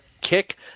kick